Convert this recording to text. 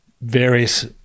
various